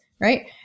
right